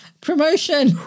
promotion